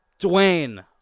Dwayne